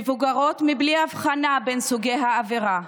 מבוגרות, בלי הבחנה בין סוגי העבירה.